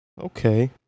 okay